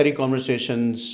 conversations